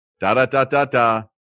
da-da-da-da-da